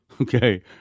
okay